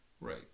Right